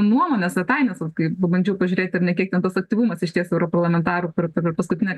nuomones svetaines vat kai pabandžiau pažiūrėti ar ne kiek ten tas aktyvumas išties europarlamentarų per per paskutinę